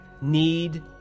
need